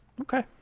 Okay